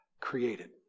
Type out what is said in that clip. created